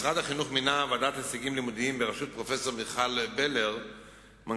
משרד החינוך מינה ועדת הישגים לימודיים בראשות פרופסור מיכל בלר,